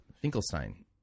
Finkelstein